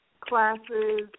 classes